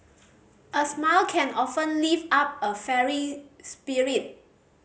a smile can often lift up a fairy spirit